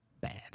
bad